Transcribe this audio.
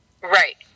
Right